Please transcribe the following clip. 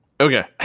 Okay